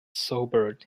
sobered